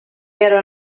però